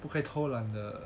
不可以偷懒的